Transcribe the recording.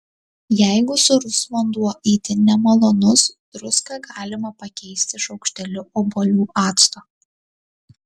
jeigu sūrus vanduo itin nemalonus druską galima pakeisti šaukšteliu obuolių acto